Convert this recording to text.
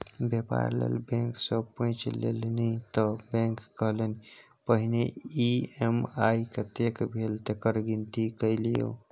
बेपार लेल बैंक सँ पैंच लेलनि त बैंक कहलनि पहिने ई.एम.आई कतेक भेल तकर गिनती कए लियौ